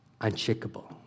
unshakable